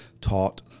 taught